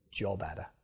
JobAdder